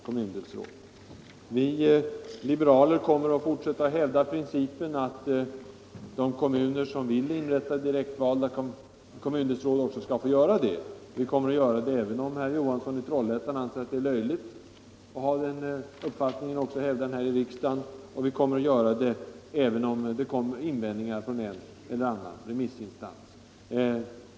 Vi liberaler kommer i stället att fortsätta att hävda principen att de kommuner som vill inrätta direktvalda kommundelsråd också skall få möjlighet till detta. Vi kommer att göra det även om herr Johansson i Trollhättan anser att det är ”löjligt” att hävda den uppfattningen. Vi kommer att göra det också om det kommer invändningar från en eller annan remissinstans.